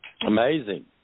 Amazing